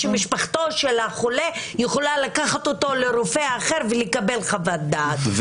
הוא שמשפחתו של החולה יכולה לקחת אותו לרופא אחר ולקבל חוות דעת,